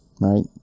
right